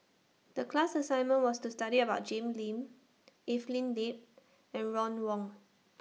The class assignment was to study about Jim Lim Evelyn Lip and Ron Wong